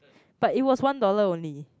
but it was one dollar only